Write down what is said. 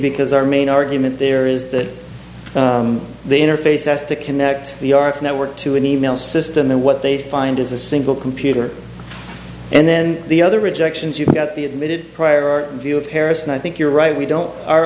because our main argument there is that the interface as to connect the r f network to an e mail system and what they find is a single computer and then the other rejections you can get the admitted prior view of paris and i think you're right we don't our